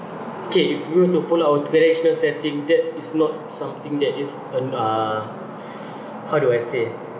K if you were to follow our traditional setting that is not something that is um uh how do I say